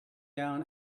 down